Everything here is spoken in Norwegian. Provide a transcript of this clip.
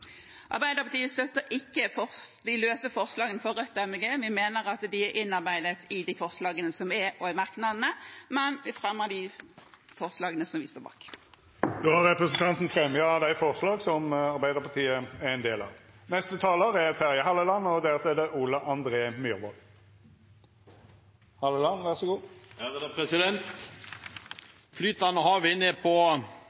Arbeiderpartiet støtter ikke de løse forslagene fra Rødt og MDG. Vi mener de er innarbeidet i de forslagene som er, og i merknadene. Med det fremmer jeg de forslagene som Arbeiderpartiet står bak. Då har representanten Ruth Grung teke opp dei forslaga ho viste til. Flytende havvind er ett av flere områder som Norge markerer seg på, og